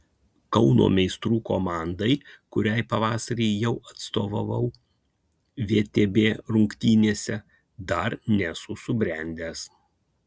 kauno meistrų komandai kuriai pavasarį jau atstovavau vtb rungtynėse dar nesu subrendęs